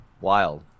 wild